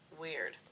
Weird